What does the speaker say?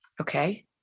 Okay